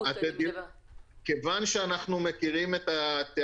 אז אני אזכיר שוב את המנגנון,